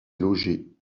logés